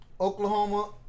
Oklahoma